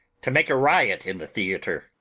to make a riot in the theatre!